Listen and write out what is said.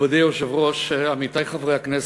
מכובדי היושב-ראש, עמיתי חברי הכנסת,